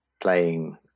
playing